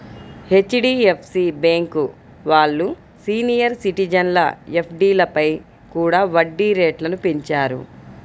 HDFC bank వాళ్ళు senior సిటిజన్ల ఎఫ్డీలపై కూడా వడ్డీ రేట్లను పెంచారు